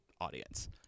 audience